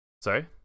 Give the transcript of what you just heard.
sorry